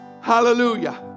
Hallelujah